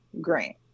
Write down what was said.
grant